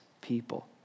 people